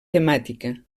temàtica